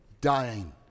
dying